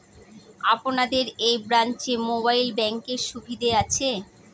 আপনাদের এই ব্রাঞ্চে মোবাইল ব্যাংকের সুবিধে আছে?